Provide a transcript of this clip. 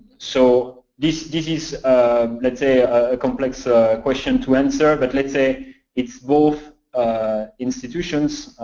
so this this is um let's say a complex ah question to answer. but let's say it's both institutions,